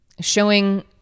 showing